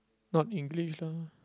not English lah